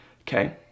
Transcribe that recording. okay